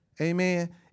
Amen